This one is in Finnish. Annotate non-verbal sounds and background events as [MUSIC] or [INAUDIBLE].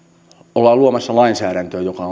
ollaan luomassa lainsäädäntöä joka [UNINTELLIGIBLE]